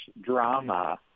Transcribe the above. drama